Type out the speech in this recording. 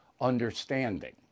understanding